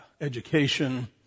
education